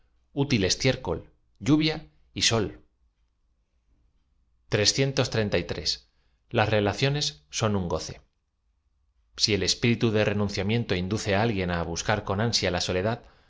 en los hombres útil estiércol llu via y sol as relaciones son un goce si el espíritu de renunciamiento induce á alguien á buscar con ansia la soledad